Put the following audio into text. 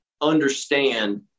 understand